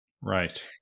Right